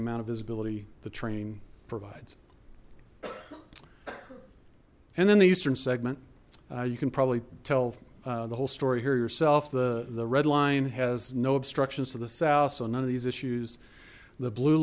amount of visibility the train provides and then the eastern segment you can probably tell the whole story here yourself the the red line has no obstructions to the south so none of these issues the blue